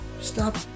Stop